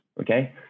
okay